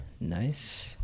nice